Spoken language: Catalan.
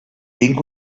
tinc